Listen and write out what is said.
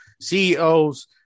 CEOs